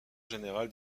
général